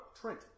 Trent